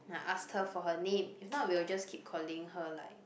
I asked her for her name if not we will just keep calling her like